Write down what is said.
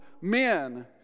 men